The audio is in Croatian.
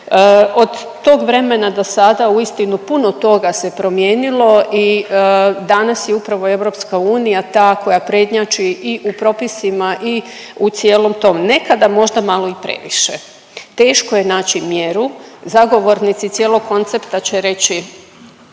Od tog vremena do sada uistinu puno toga se promijenilo i danas je upravo EU ta koja prednjači i u propisima i u cijelom tom, nekada možda malo i previše. Teško je naći mjeru, zagovornici cijelog koncepta će reći